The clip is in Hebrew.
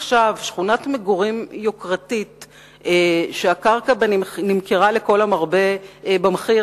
עכשיו שכונת מגורים יוקרתית שהקרקע בה נמכרה לכל המרבה במחיר,